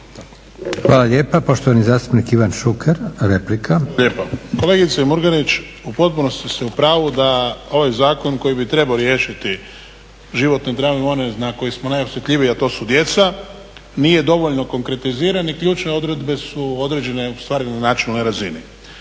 Hvala lijepa. Poštovani zastupnik Ivan Šuker, replika. **Šuker, Ivan (HDZ)** Hvala lijepa. Kolegice MUrganić u potpunosti ste u pravu da ovaj zakon koji bi trebao riješiti životne drame na one na koje smo najosjetljiviji, a to su djeca, nije dovoljno konkretiziran i ključne odredbe su određene u načelnoj razini.